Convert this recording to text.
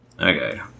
Okay